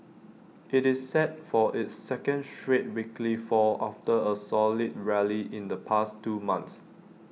IT is set for its second straight weekly fall after A solid rally in the past two months